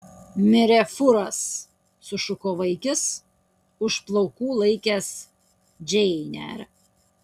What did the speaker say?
mirė fūras sušuko vaikis už plaukų laikęs džeinę